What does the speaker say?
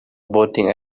boating